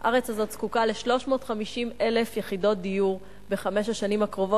הארץ הזאת זקוקה ל-350,000 יחידות דיור בחמש השנים הקרובות,